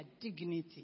dignity